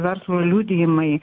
verslo liudijimai